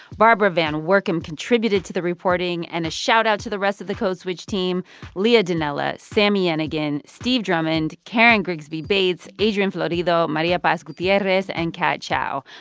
barbara van woerkom and contributed to the reporting. and a shout-out to the rest of the code switch team leah donnella, sami yenigun, steve drummond, karen grigsby bates, adrian florido, maria paz gutierrez and kat chow.